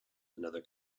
another